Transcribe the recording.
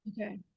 okay